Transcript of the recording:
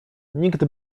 nikt